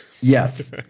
Yes